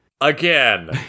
Again